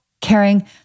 caring